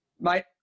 mate